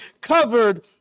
covered